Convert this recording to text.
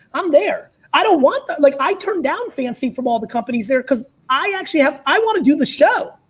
i'm there. i don't want the, like i turned down fancy from all the companies there cause i actually have, have, i want to do the show.